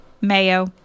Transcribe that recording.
mayo